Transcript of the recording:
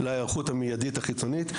להיערכות המידית החיצונית.